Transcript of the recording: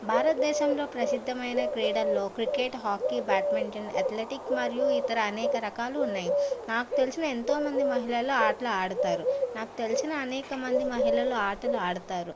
భారతదేశంలో ప్రసిద్ధమైన క్రీడల్లో క్రికెట్ హాకీ బ్యాట్మెంటన్ అథ్లెటిక్ మరియు ఇతర అనేక రకాలు ఉన్నాయి నాకు తెలిసిన ఎంతోమంది మహిళలు ఆటలు ఆడుతారు నాకు తెలిసిన అనేకమంది మహిళలు ఆటలు ఆడుతారు